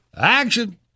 Action